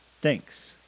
thanks